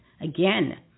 again